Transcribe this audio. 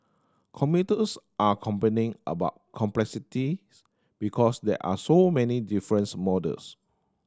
commuters are complaining about complexities because there are so many difference models